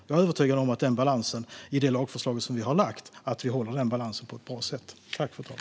Jag är övertygad om att vi håller den balansen på ett bra sätt i det lagförslag som vi har lagt fram.